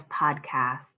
podcast